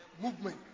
Movement